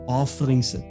offerings